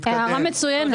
הערה מצוינת.